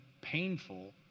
painful